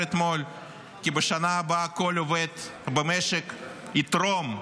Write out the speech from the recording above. אתמול כי בשנה הבאה כל עובד במשק "יתרום"